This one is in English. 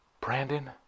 Brandon